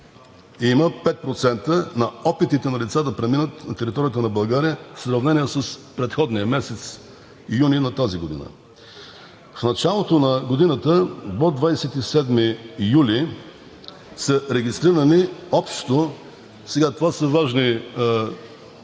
има – 5% на опитите на лица да преминат на територията на България в сравнение с предходния месец юни на тази година. От началото на годината до 27 юли са регистрирани общо – това са важни цифри,